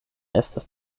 estas